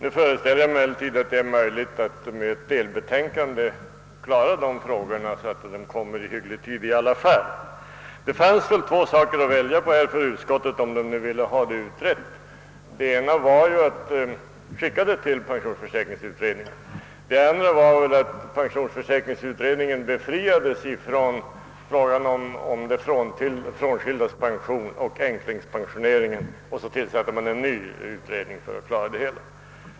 Jag föreställer mig emellertid att det är möjligt att med ett delbetänkande klara dessa frågor så att de i alla fall kan lösas i god tid. Om utskottet ville ha dessa frågor utredda, fanns två saker att välja på. Den ena var att skicka frågorna till pensionsförsäkringskommittén. Den andra var att kommittén befriades från behandlingen av frågan om frånskildas och änklingars pensioner, varpå en ny utredning skulle tillsättas för att klara det hela.